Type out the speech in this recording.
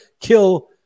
kill